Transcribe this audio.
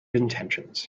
intentions